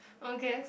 okay